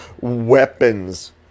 weapons